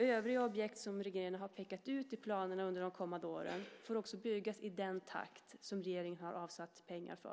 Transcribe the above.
Övriga objekt som regeringen har pekat ut i planerna under de kommande åren får också byggas i den takt som regeringen har avsatt pengar för.